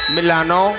Milano